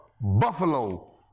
Buffalo